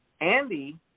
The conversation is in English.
Andy